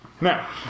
Now